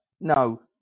No